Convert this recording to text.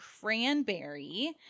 cranberry